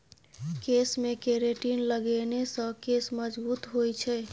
केशमे केरेटिन लगेने सँ केश मजगूत होए छै